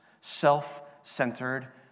self-centered